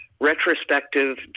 retrospective